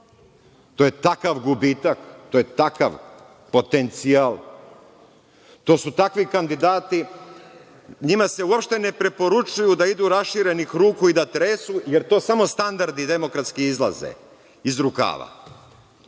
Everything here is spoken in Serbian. To je takav gubitak, to je takav potencijal. To su takvi kandidati. NJima se uopšte ne preporučuje da idu raširenih ruku i da tresu, jer to samo standardi demokratski izlaze iz rukava. Mi